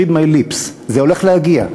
Read my lips: זה הולך להגיע.